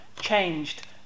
changed